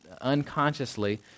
unconsciously